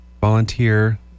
volunteer